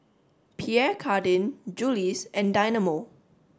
Pierre Cardin Julie's and Dynamo